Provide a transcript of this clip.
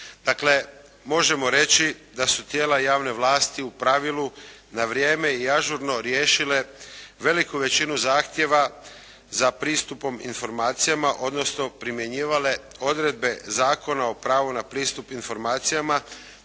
Dakle možemo reći da su tijela javne vlasti u pravilu na vrijeme i ažurno riješile veliku većinu zahtjeva za pristupom informacijama odnosno primjenjivale odredbe Zakona o pravu na pristup informacijama